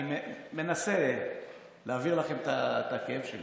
אני מנסה להעביר לכם את הכאב שלי,